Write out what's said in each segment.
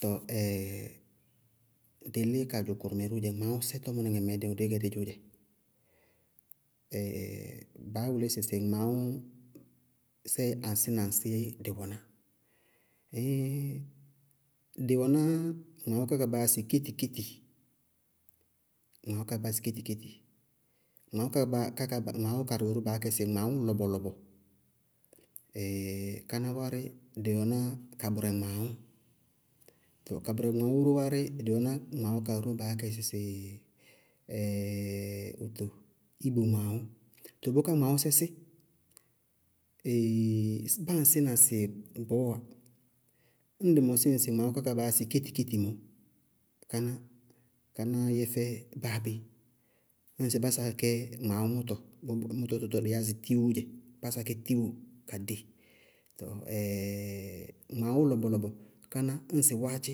Tɔɔ dɩ lí kadzʋ kʋʋrʋmɛ róó dzɛ, gmaawʋsɛ tɔmɔníŋɛ mɛɛ dɩí gɛ didzʋʋ dzɛ, baá wʋlí sɩsɩ gmaawʋsɛ aŋsí na aŋsíí dɩ wɛná? dɩ wɛná gmaawʋ ká kaá baa yáasɩ kéti-kéti, maawʋ ká kaá baa yáasɩ kéti-kéti, maawʋ ká kaá baa-ká kaá baa- gmaawʋ karɩ wɛ ró baá yá kɛ sɩ gmaawʋ lɔbɔ-lɔbɔ, káná wárí, dɩ wɛná kabʋrɛ gmaawʋ, tɔ kabʋrɛ gmaawʋ ró wárí, dɩ wɛná gmaawʋ ká ró ba yáakɛ sísí wóto, ibo gmaawʋ. Tɔɔ bʋká gmaawʋsɛ sísí, báa aŋsí na sɩ gbɔɔ wá. Ñ dɩ mɔsí gmaawʋ ká kaá baa yáasɩ kéti-kéti mɔɔ, kánáá, kánáá yɛ fɛ báa bé ñŋsɩ bá sa kɛ mʋtɔ tɔɔ dɩɩ yáa sɩ tiwóó dzɛ, bá sakɛ tiwó, ká dɩ, tɔɔ gmaawʋ lɔbɔ-lɔbɔ, káná ñŋsɩ wáátchɩ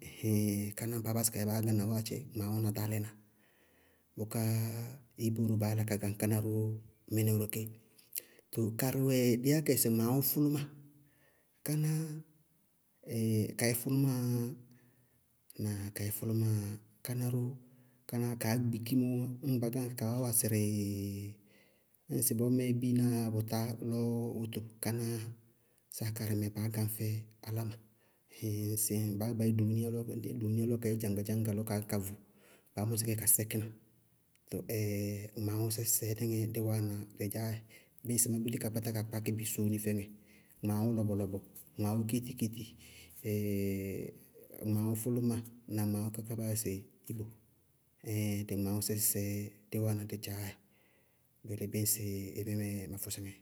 ɛhɛɛŋ káná baá báásɩ baá gáŋna wáátchɩ gmaawʋ na ɖaálaná, bʋká ibo ró báá yála ka gañ káná ró mɩnɛ ró ké, too karɩ wɛ baá yakɛ sɩ gmaawʋ fʋlʋmáa, káná, kayɛ fʋlʋmáa yá ŋnáa? Kayɛ fʋlʋmáa yá káná ró káná kaá gbiki mɔɔ mɔwá, ñŋgáŋ kɛ kaá yɛ mɔɔwá wasɩrɩɩ ñŋsɩ bɔɔ mɛɛ biinaá yáa bʋtá lɔ wóto, kánáá sáa karɩmɛ baá gáŋ fɛ áláma. ŋsɩ baá gɛ bá yɛ deweeniyá lɔ kawɛ, deweeniyá lɔ kawɛ dzaŋga-dzaŋga kaá gɛ ká vʋ, baá mɔsí kɛ ka sɛkína. Tɔɔ gmaawʋsɛ sɛ dí wáana dɩ dzaá dzɛ, bíɩ ŋsɩ dí búti ka yálá ka kpá sóóni fɛŋɛ, gmaawʋ lɔbɔ-lɔbɔ, gmaawʋ kéti-kéti, gmaawʋ fʋlʋmáa na gmaawʋ ká kaá baa yáasɩ ibo, dɩ gmaawʋsɛ sɛɛ dí wáana dɩ dzaá dzɛ, bʋ yelé bíɩ ŋsɩ ɩ mí mɛ, ma fɔsɩ ŋɛ.